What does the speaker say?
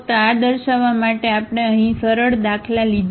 તેથી ફક્ત આ દર્શાવવા માટે આપણે અહીં સરળ દાખલા લીધા છે